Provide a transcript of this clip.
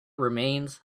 remains